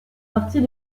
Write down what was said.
partie